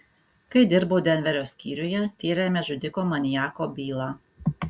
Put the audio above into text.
kai dirbau denverio skyriuje tyrėme žudiko maniako bylą